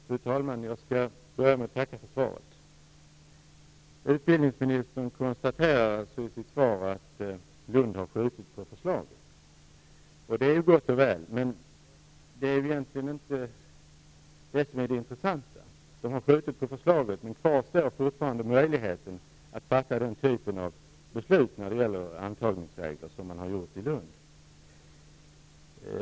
Fru talman! Jag skall börja med att tacka för svaret. Utbildningsministern konstaterar alltså i sitt svar att man i Lund har skjutit på förslaget, och det är ju gott och väl, men egentligen är det inte det som är det intressanta. Man har skjutit på förslaget, men kvar finns fortfarande möjligheten att fatta den typ av beslut rörande antagningsregler som man har fattat i Lund.